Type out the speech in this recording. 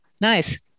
Nice